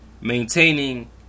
Maintaining